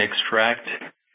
extract